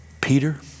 Peter